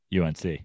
UNC